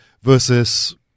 versus